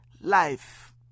life